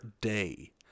day